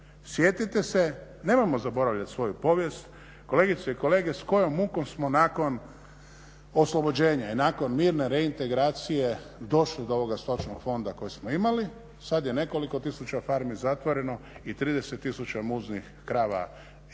Sjetite se nemojmo zaboravljati svoju povijest, kolegice i kolege s kojom mukom smo nakon oslobođenja i nakon mirne reintegracije došli do ovoga stočnog fonda koji smo imali, sada je nekoliko tisuća farmi zatvoreno i 30 tisuća muznih krava je